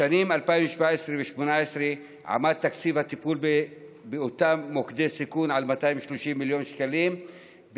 בשנים 2018-2017 תקציב הטיפול באותם מוקדי סיכון היה 230 מיליון שקלים,